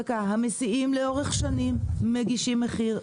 המסיעים, לאורך שנים, מגישים מחיר.